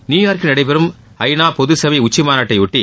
நியுயார்க்கில் நடைபெறும் ஐநா பொதுசபை உச்சி மாநாட்டை ஒட்டி